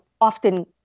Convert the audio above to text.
often